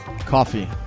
Coffee